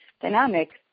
dynamics